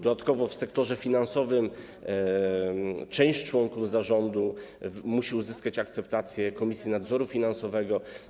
Dodatkowo w sektorze finansowym część członków zarządu musi uzyskać akceptację Komisji Nadzoru Finansowego.